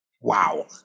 Wow